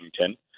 Washington